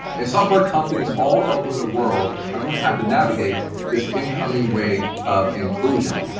and software companies all over the world are going to have to navigate this incoming wave of inclusion.